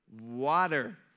water